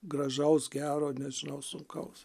gražaus gero nežinau sunkaus